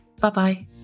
Bye-bye